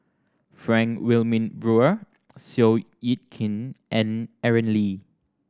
Frank Wilmin Brewer Seow Yit Kin and Aaron Lee